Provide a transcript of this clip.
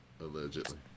Allegedly